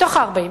מתוך ה-40.